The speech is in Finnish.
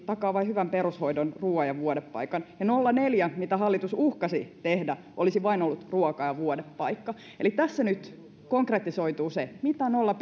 takaa vain hyvän perushoidon ruoan ja vuodepaikan ja nolla pilkku neljä mitä hallitus uhkasi tehdä olisi vain ollut ruokaa ja vuodepaikka eli tässä nyt konkretisoituu se mitä nolla